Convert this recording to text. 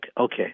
okay